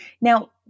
Now